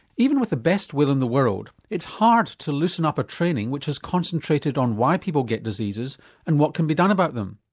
even with the best will in the world it's hard to loosen up a training which has concentrated on why people get diseases and what can be done about them.